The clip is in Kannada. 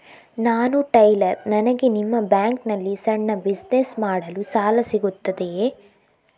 ನಾನು ಟೈಲರ್, ನನಗೆ ನಿಮ್ಮ ಬ್ಯಾಂಕ್ ನಲ್ಲಿ ಸಣ್ಣ ಬಿಸಿನೆಸ್ ಮಾಡಲು ಸಾಲ ಸಿಗುತ್ತದೆಯೇ?